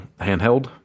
handheld